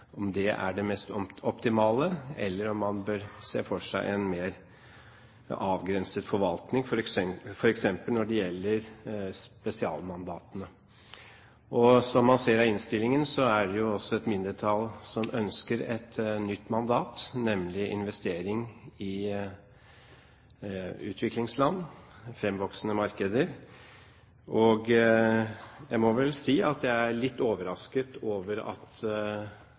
er det mest optimale, eller om man bør se for seg en mer avgrenset forvaltning f.eks. når det gjelder spesialmandatene. Som man ser av innstillingen, er det jo også et mindretall som ønsker et nytt mandat, nemlig investering i utviklingsland og fremvoksende markeder. Jeg må vel si at jeg er litt overrasket over at